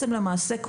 למעשה,